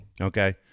Okay